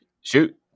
Shoot